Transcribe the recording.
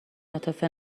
عاطفه